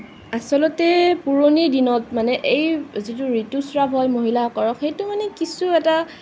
আছলতে পুৰণি দিনত এই যিটো ঋতুস্ৰাৱ হয় মহিলাসকলৰ সেইটো মানে কিছু এটা